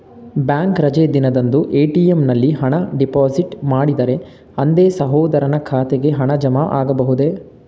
Bank ರಜೆ ದಿನದಂದು ATM ನಲ್ಲಿ ಹಣ ಡಿಪಾಸಿಟ್ ಮಾಡಿದರೆ ಅಂದೇ ಸಹೋದರನ ಖಾತೆಗೆ ಹಣ ಜಮಾ ಆಗಬಹುದೇ?